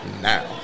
now